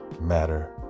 matter